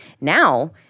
Now –